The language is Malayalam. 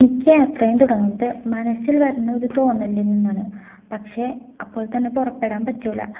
മിക്ക യാത്രയും തുടങ്ങുന്നതു മനസ്സിൽ വരുന്ന ഒരു തോന്നലില് നിന്നാണ് പക്ഷെ അപ്പോൾത്തന്നെ പുറപ്പെടാൻ പറ്റൂല